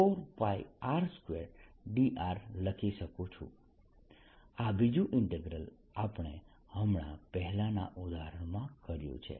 આ બીજું ઈન્ટીગ્રલ આપણે હમણાં પહેલાંના ઉદાહરણમાં કર્યું છે